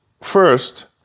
first